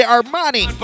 Armani